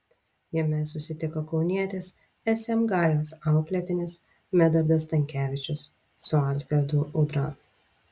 jame susitiko kaunietis sm gajos auklėtinis medardas stankevičius su alfredu udra